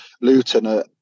Luton